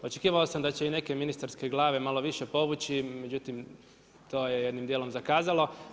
Očekivao sam da će i neke ministarske glave malo više povući, međutim to je jednim dijelom zakazalo.